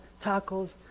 tacos